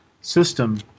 system